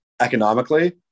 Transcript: economically